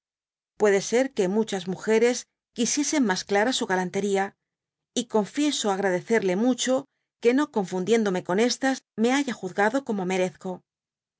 puede ser que muchas múgeres quisiesen mas clara su galan tería y confieso agradecerle mucho que no confundiéndome con estas me haya juzgado como merezco